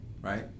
right